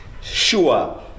sure